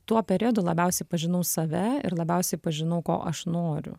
tuo periodu labiausiai pažinau save ir labiausiai pažinau ko aš noriu